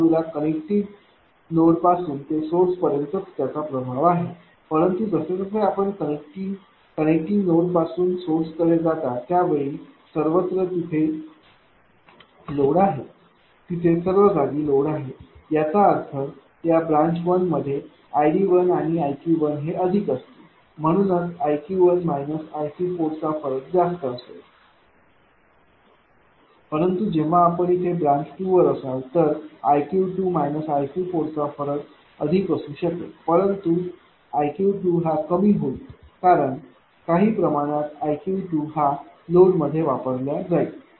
या बाजूला connecting node पासून ते सोर्स पर्यंत त्याचा प्रभाव आहे परंतु जसे जसे आपण कनेक्टिंग नोड पासून सोर्सकडे जाता तर त्यावेळी तिथे सर्वत्र लोड आहे तिथे सर्व जागी लोड आहे याचा अर्थ या ब्रांच 1 मध्ये id1आणि iq1 हे अधिक असतील म्हणूनच iq1 iC4 चा फरक जास्त असेल परंतु जेव्हा आपण येथे ब्रांच 2 वर असाल तर iq2 iC4चा फरक अधिक असू शकेल परंतु iq2 हा कमी होईल कारण काही प्रमाणात iq2हा लोड मध्ये वापरल्या जाईल